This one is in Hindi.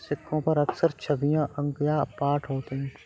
सिक्कों पर अक्सर छवियां अंक या पाठ होते हैं